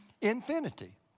infinity